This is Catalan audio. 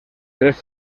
tres